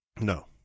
No